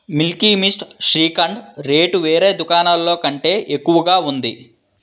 Milky Mist shrikhand rate వేరే దుకాణాల్లో కంటే ఎక్కువగా ఉంది